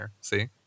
See